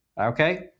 Okay